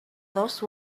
those